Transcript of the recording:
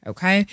Okay